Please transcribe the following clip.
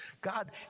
God